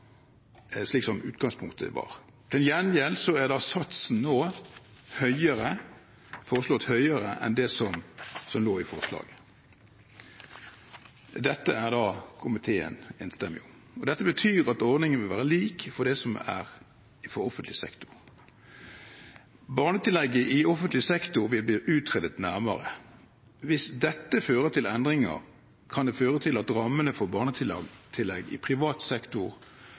slik utgangspunktet var. Til gjengjeld er satsen nå foreslått høyere enn det som lå i forslaget. Dette er komiteen enstemmig om. Dette betyr at ordningen vil være lik den som gjelder for offentlig sektor. Barnetillegget i offentlig sektor vil bli utredet nærmere. Hvis dette fører til endringer, kan det føre til at rammene for barnetillegg i privat sektor